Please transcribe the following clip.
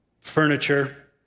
furniture